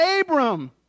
Abram